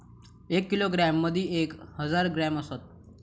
एक किलोग्रॅम मदि एक हजार ग्रॅम असात